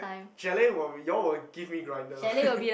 chalet will you all will give me grinder